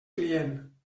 client